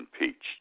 impeached